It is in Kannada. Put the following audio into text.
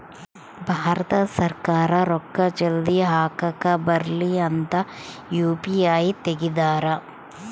ಭಾರತ ಸರ್ಕಾರ ರೂಕ್ಕ ಜಲ್ದೀ ಹಾಕಕ್ ಬರಲಿ ಅಂತ ಯು.ಪಿ.ಐ ತೆಗ್ದಾರ